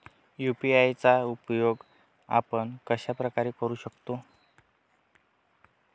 UPI चा उपयोग आपण कशाप्रकारे करु शकतो?